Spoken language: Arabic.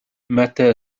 متى